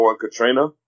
Katrina